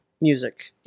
music